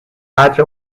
قدر